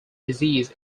disease